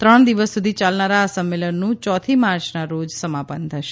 ત્રણ દિવસ સુધી ચાલનારા આ સંમેલનનું ચોથી માર્ચના રોજ સમાપન થશે